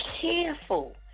careful